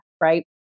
right